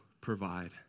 provide